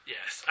Yes